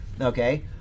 Okay